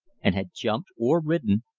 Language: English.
and had jumped, or ridden,